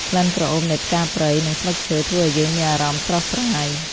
ក្លិនក្រអូបនៃផ្កាព្រៃ និងស្លឹកឈើធ្វើឱ្យយើងមានអារម្មណ៍ស្រស់ស្រាយ។